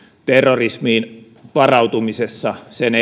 terrorismiin varautumisessa sen